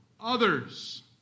others